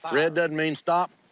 red doesn't mean stop?